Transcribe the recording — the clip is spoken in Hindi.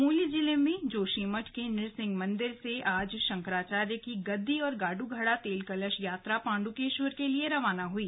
चमोली जिले में जोशीमठ के नृसिंह मंदिर से आज शंकराचार्य की गद्दी और गाड़ घड़ा तेल कलश यात्रा पांड्केश्वर के लिए रवाना हुई